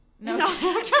no